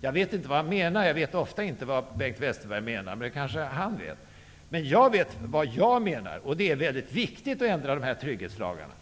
Jag vet inte vad Bengt Westerberg menade -- det är ofta som jag inte vet vad han menar -- men det kanske han själv vet. Jag vet dock vad jag menar. Det är viktigt att ändra trygghetslagarna.